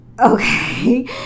Okay